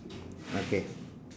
okay